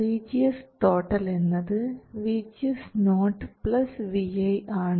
VGS എന്നത് VGS0 vi ആണ്